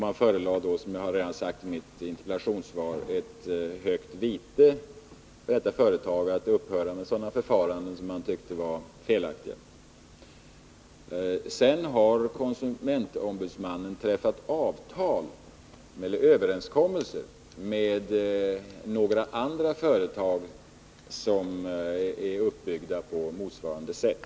Man ålade då, som jag sade i mitt interpellationssvar, företaget att vid högt vite upphöra med sådana förfaranden som man tyckte var felaktiga. Sedan har konsumentombudsmannen träffat överenskommelser med några andra företag som är uppbyggda på motsvarande sätt.